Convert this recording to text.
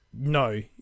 no